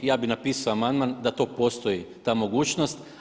Ja bih napisao amandman da to postoji ta mogućnost.